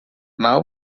now